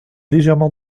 légèrement